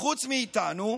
חוץ מאיתנו,